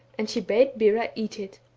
and she bade bera eat it.